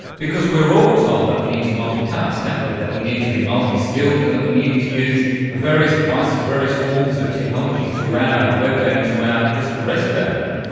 because we are all told that we need to multitask, aren't we, that we need to be multiskilled, and that we need to use various devices, various forms of technology throughout our work day and throughout just the rest of our day.